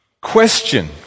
question